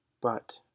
But